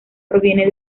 proviene